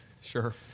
sure